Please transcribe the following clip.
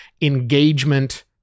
engagement